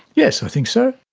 yes, i think so.